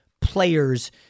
players